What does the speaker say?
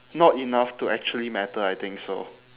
not enough to actually matter I think so